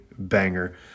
banger